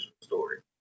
story